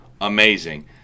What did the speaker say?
amazing